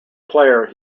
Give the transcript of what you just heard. player